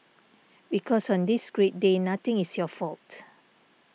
because on this great day nothing is your fault